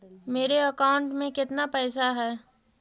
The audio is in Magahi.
मेरे अकाउंट में केतना पैसा है?